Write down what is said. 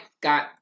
got